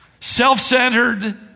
self-centered